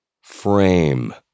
Frame